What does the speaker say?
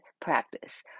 practice